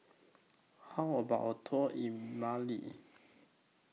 How about A Tour in Mali